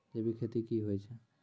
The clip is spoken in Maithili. जैविक खेती की होय छै?